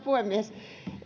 puhemies